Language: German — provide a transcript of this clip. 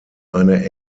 eine